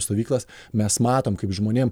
stovyklas mes matom kaip žmonėm